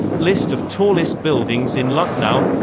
list of tallest buildings in lucknow